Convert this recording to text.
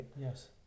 Yes